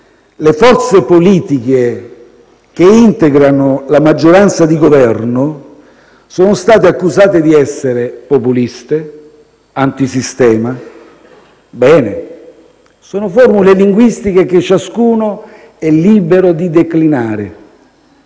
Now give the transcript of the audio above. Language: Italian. Le forze politiche che integrano la maggioranza di Governo sono state accusate di essere populiste, antisistema. Bene, sono formule linguistiche che ciascuno è libero di declinare.